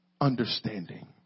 understanding